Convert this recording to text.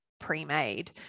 pre-made